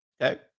Okay